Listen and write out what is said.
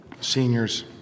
seniors